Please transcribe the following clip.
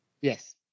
Yes